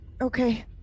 okay